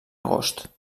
agost